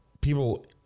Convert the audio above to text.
people